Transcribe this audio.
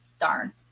Darn